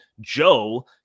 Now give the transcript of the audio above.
joe